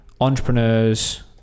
entrepreneurs